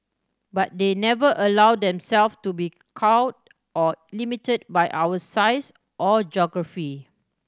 but they never allowed themself to be cowed or limited by our size or geography